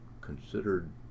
considered